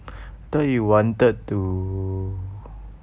thought you wanted to